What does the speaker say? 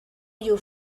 you